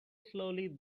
slowly